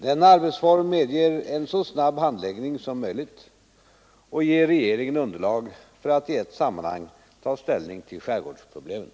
Denna arbetsform medger en så snabb handläggning som möjligt och ger regeringen underlag för att i ett sammanhang ta ställning till skärgårdsproblemen.